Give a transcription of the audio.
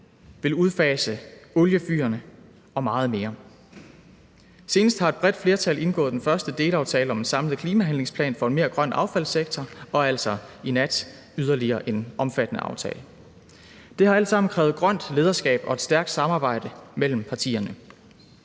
vil udfase oliefyrene og meget mere. Senest har et bredt flertal indgået den første delaftale om en samlet klimahandlingsplan for en mere grøn affaldssektor og altså i nat yderligere en omfattende aftale. Det har alt sammen krævet grønt lederskab og et stærkt samarbejde mellem partierne.